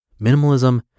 Minimalism